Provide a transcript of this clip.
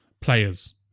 players